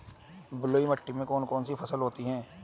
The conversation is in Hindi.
बलुई मिट्टी में कौन कौन सी फसल होती हैं?